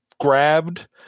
Grabbed